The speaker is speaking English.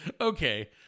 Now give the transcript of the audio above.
Okay